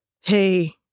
hey